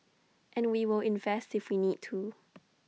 and we will invest if we need to